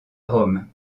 rome